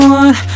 one